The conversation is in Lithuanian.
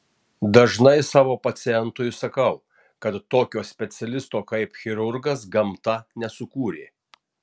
dažnai savo pacientui sakau kad tokio specialisto kaip chirurgas gamta nesukūrė